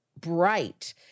bright